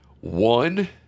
One